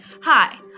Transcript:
Hi